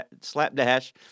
Slapdash